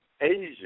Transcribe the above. Asia